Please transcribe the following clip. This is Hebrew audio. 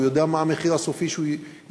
הוא יודע מה המחיר הסופי שהוא ישלם,